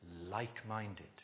like-minded